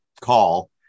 call